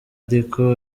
ariko